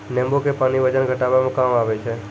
नेंबू के पानी वजन घटाबै मे काम आबै छै